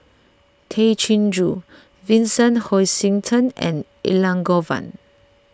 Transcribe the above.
Tay Chin Joo Vincent Hoisington and Elangovan